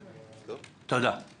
זה לא לכולם.